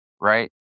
Right